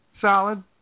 solid